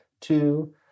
two